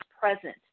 present